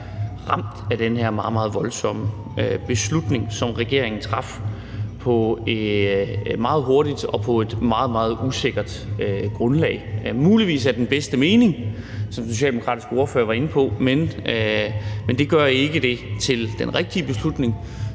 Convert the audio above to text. ramt af den her meget, meget voldsomme beslutning, som regeringen traf meget hurtigt og på et meget, meget usikkert grundlag – muligvis i den bedste mening, som den socialdemokratiske ordfører var inde på, men det gør det ikke til den rigtige beslutning,